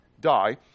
Die